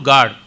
God